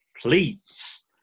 please